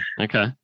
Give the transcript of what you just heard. Okay